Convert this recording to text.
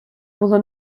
було